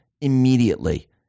immediately